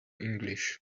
english